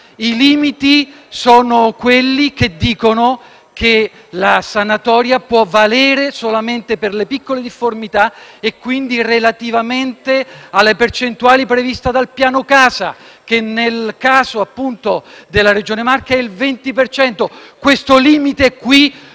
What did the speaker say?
I limiti sono quelli che stabiliscono che la sanatoria può valere solamente per le piccole difformità e, quindi, relativamente alle percentuali previste dal Piano casa, che nel caso della Regione Marche sono del 20 per cento. Questo limite voi